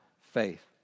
faith